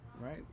right